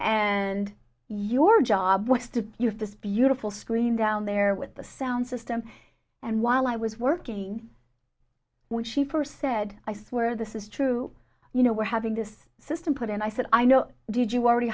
and your job was to use this beautiful screen down there with the sound system and while i was working when she first said i swear this is true you know we're having this system put and i said i know did you already